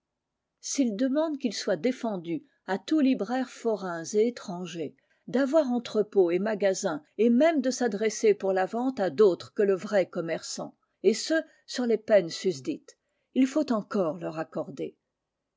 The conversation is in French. s'ils demandent qu'il soit défendu à tous libraires forains et étrangers d'avoir entrepôt et magasin et même de s'adresser pour la vente à d'autres que le vrai commerçant et ce sur les peines susdites il faut encore leur accorder